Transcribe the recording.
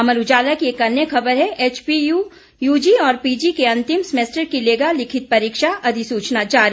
अमर उजाला की अन्य खबर है एचपीयू यूजी और पीजी के अंतिम सेमेस्टर की लेगा लिखित परीक्षा अधिसूचना जारी